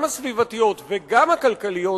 גם הסביבתיות וגם הכלכליות,